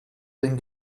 den